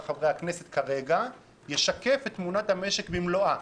חברי הכנסת ישקף את תמונת המשק במלואה.